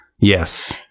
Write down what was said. Yes